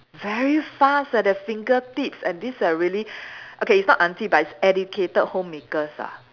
very fast eh their fingertips and these are really okay it's not aunty but it's educated homemakers ah